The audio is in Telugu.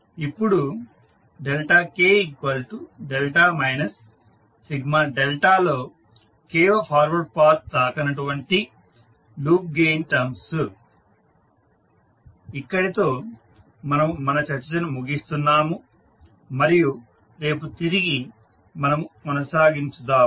ఇప్పుడు k Δ లో kవ ఫార్వర్డ్ పాత్ తాకని లూప్ గెయిన్ టర్మ్స్ ఇక్కడితో మనము మన చర్చను ముగిస్తున్నాము మరియు తిరిగి రేపు మనము కొనసాగించుదాము